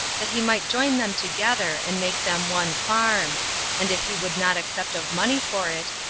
that he might join them together, and make them one farm and if he would not accept of money for it,